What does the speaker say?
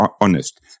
honest –